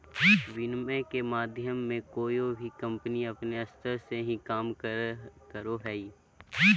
विनिमय के माध्यम मे कोय भी कम्पनी अपन स्तर से ही काम करो हय